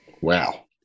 Wow